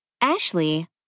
Ashley